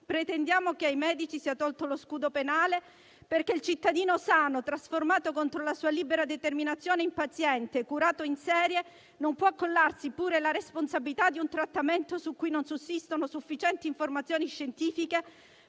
Pretendiamo che ai medici sia tolto lo scudo penale, perché il cittadino sano, trasformato contro la sua libera determinazione in paziente, curato in serie, non può accollarsi pure la responsabilità di un trattamento su cui non sussistono sufficienti informazioni scientifiche